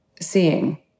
seeing